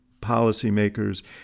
policymakers